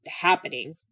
happening